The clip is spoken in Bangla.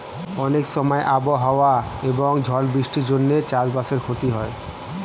অনেক সময় আবহাওয়া এবং ঝড় বৃষ্টির জন্যে চাষ বাসের ক্ষতি হয়